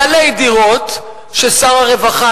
בעלי דירות ששר הרווחה,